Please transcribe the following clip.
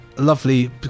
lovely